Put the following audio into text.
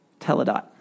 teledot